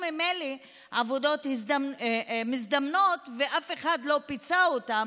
ממילא בעבודות מזדמנות ואף אחד לא פיצה אותם